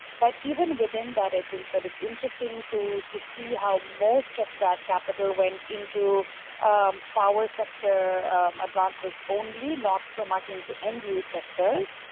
but even within that i think it's interesting to to see how most of that capital went into power sector advances only, not so much into end use sectors.